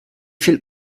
viel